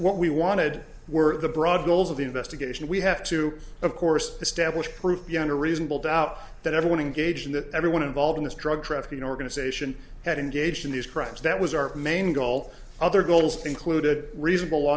what we wanted were the broad goals of the investigation we have to of course establish proof beyond a reasonable doubt that everyone in gauging that everyone involved in this drug trafficking organization had engaged in these crimes that was our main goal other goals included reasonable law